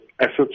assets